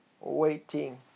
waiting